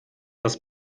das